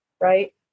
right